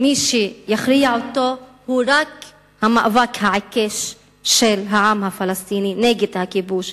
מי שיכריע אותו הוא רק המאבק העיקש של העם הפלסטיני נגד הכיבוש,